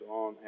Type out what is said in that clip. on